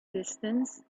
distance